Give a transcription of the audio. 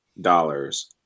dollars